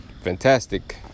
Fantastic